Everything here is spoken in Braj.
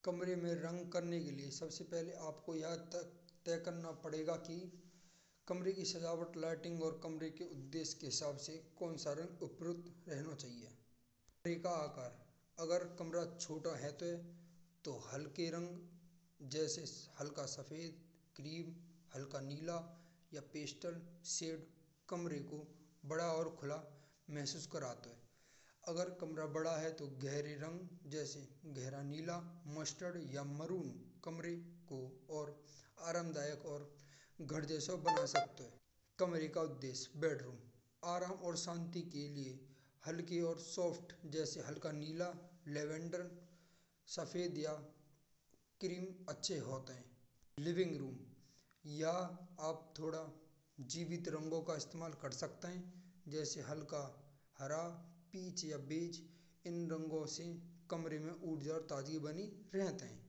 कमरे में रंग कराने के लिए सबसे पहिले आपाँ को यताय करना पड़ेगा। कि कमरे की सजावट लाइटिंग और कमरे के उद्देश्य के हिसाब से कौन सा रंग ऊपर उठाना चाहिए। ताकि आकार अगर कमरा छोटा है तो हलके रंग जैसे हलका सफेद क्रीम हलका नीला या पिस्टल सेट कमरे को बड़ा और खुला महसूस कराता है। अगर कमरा बड़ा है तो गहरे रंग जैसे गहरा नीला सरसों या मारून कमरे को और आरामदायक और घर जैसेन बनो सको है। कमरे का उद्देश्य: बेडरूम आराम और शांति के लिए हल्की और मुलायम जैसे हलका नीला लैवेंडर सफेद या क्रीम अच्छे होत है। लिविंग रूम: या आप थोड़ा जीवित रंगों का इस्तेमाल कर सकते है। जैसे हलका हरा पीच या बीच। इन रंगों से कमरों में ऊर्जा वा ताजगी बनी रहती है।